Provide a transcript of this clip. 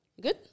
good